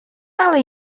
ale